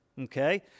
Okay